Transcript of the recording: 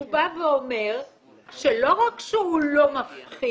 הוא בא ואומר שלא רק שהוא לא מפחית